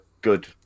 good